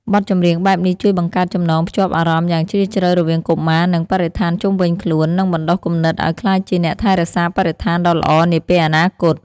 បទចម្រៀងបែបនេះជួយបង្កើតចំណងភ្ជាប់អារម្មណ៍យ៉ាងជ្រាលជ្រៅរវាងកុមារ និងបរិស្ថានជុំវិញខ្លួន និងបណ្ដុះគំនិតឲ្យក្លាយជាអ្នកថែរក្សាបរិស្ថានដ៏ល្អនាពេលអនាគត។